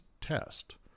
test